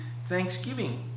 thanksgiving